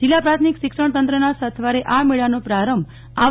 જિલ્લા પ્રાથમિક શિક્ષણ તંત્રના સથવારે આ મેળાનો પ્રારંભ તા